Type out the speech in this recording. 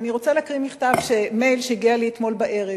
אני רוצה להקריא מייל שהגיע אלי אתמול בערב.